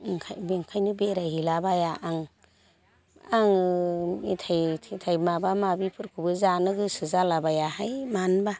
ओंखायनो बेखायनो बेरायहैला बाया आं आङो मेथाइ थेथाइ माबा माबिफोरखौबो जानो गोसो जालाबायाहाय मानोबा